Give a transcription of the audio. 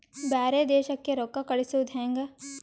ಬ್ಯಾರೆ ದೇಶಕ್ಕೆ ರೊಕ್ಕ ಕಳಿಸುವುದು ಹ್ಯಾಂಗ?